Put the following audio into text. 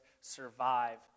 survive